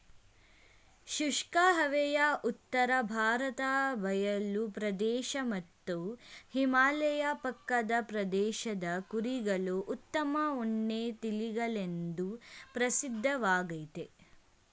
ಶುಷ್ಕ ಹವೆಯ ಉತ್ತರ ಭಾರತ ಬಯಲು ಪ್ರದೇಶ ಮತ್ತು ಹಿಮಾಲಯ ಪಕ್ಕದ ಪ್ರದೇಶದ ಕುರಿಗಳು ಉತ್ತಮ ಉಣ್ಣೆ ತಳಿಗಳೆಂದು ಪ್ರಸಿದ್ಧವಾಗಯ್ತೆ